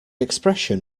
expression